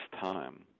time